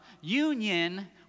union